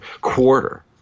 quarter